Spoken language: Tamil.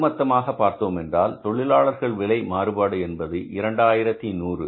ஒட்டுமொத்தமாக பார்த்தோமென்றால் தொழிலாளர் விலை மாறுபாடு என்பது 2100